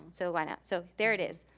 so, why not, so there it is.